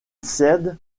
cède